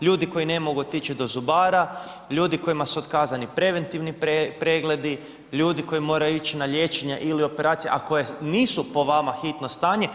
Ljudi koji ne mogu otići do zubara, ljudi kojima su otkazani preventivni pregledi, ljudi koji moraju ići na liječenja ili operacije, a koje nisu po vama hitno stanje.